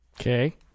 Okay